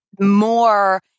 more